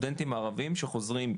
הסטודנטים הערבים שחוזרים,